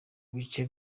bice